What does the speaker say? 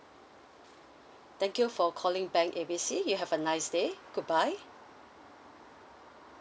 thank you for calling bank A B C you have a nice day goodbye